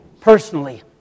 personally